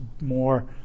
more